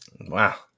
Wow